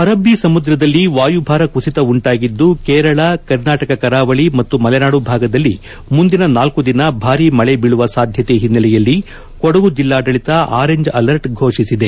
ಅರಬ್ಲೀ ಸಮುದ್ರದಲ್ಲಿ ವಾಯುಭಾರ ಕುಸಿತ ಉಂಟಾಗಿದ್ದು ಕೇರಳ ಕರ್ನಾಟಕ ಕರಾವಳಿ ಮತ್ತು ಮಲೆನಾಡು ಭಾಗದಲ್ಲಿ ಮುಂದಿನ ನಾಲ್ಲು ದಿನ ಭಾರೀ ಮಳೆ ಬೀಳುವ ಸಾಧ್ಯತೆ ಹಿನ್ವೆಲೆಯಲ್ಲಿ ಕೊಡಗು ಜಿಲ್ಲಾಡಳಿತ ಆರೆಂಜ್ ಅಲರ್ಟ್ ಫೋಷಿಸಿದೆ